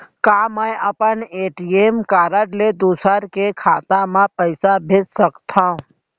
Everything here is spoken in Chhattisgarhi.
का मैं अपन ए.टी.एम कारड ले दूसर के खाता म पइसा भेज सकथव?